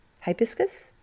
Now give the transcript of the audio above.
Hibiscus